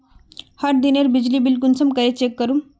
हर दिनेर बिजली बिल कुंसम करे चेक करूम?